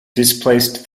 displaced